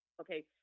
okay